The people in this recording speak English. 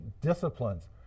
disciplines